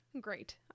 Great